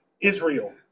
Israel